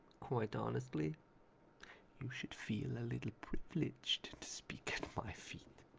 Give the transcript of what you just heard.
quite honestly you should feel a little privileged to speak at my feet!